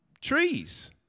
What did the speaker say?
trees